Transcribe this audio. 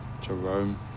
Jerome